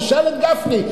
תשאל את גפני.